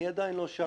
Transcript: אני עדיין לא שם.